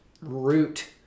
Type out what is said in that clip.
root